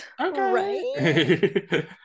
Okay